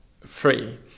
free